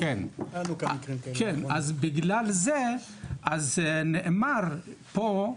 אז בגלל זה נאמר פה,